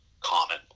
common